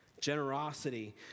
generosity